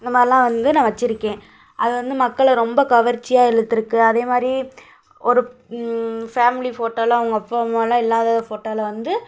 இந்த மாதிரிலாம் வந்து நான் வச்சிருக்கேன் அதை வந்து மக்களை ரொம்ப கவர்ச்சியாக இழுத்துருக்கு அதே மாதிரி ஒரு ஃபேமிலி ஃபோட்டோவெலாம் அவங்க அப்பா அம்மாவெலாம் இல்லாத ஃபோட்டோவில வந்து